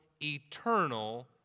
eternal